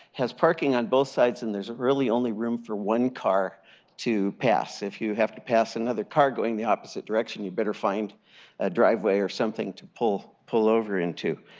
has parking on both sides and there's really only room for one car to pass if you have to pass another car going the opposite direction you better find a driveway or something to pull pull over into.